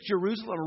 Jerusalem